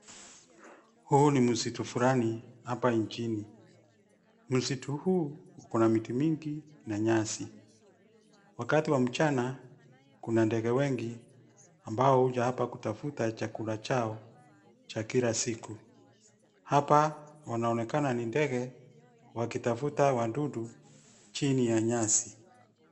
Huu ni msitu fulani hapa nchini. Msitu huu una miti mingi na nyasi. Wakati wa mchana kuna ndenge wengi ambao huja hapa kutafuta chakula chao cha kila siku, hapa wanaonekana ni ndege wakitafuta wadudu chini ya nyasi.